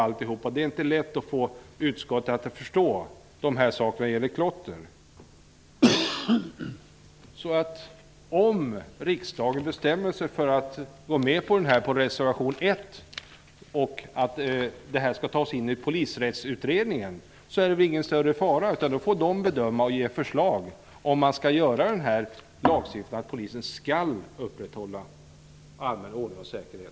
Det är inte lätt att få utskottet att förstå dessa saker. Om riksdagen bestämmer sig för att yrka bifall till reservation 1 och går med på att utöka direktiven till Polisrättsutredningen är det ingen större fara. Då får utredningen bedöma om man bör förtydliga lagen och skriva att polisen skall upprätthålla allmän ordning och säkerhet.